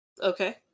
Okay